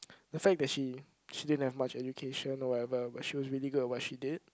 the fact that she she didn't have much education or whatever but she was really good at what she did